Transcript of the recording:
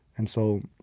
and so